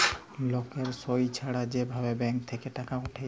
লকের সই ছাড়া যে ভাবে ব্যাঙ্ক থেক্যে টাকা উঠে